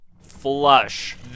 flush